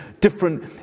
different